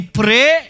pray